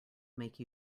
make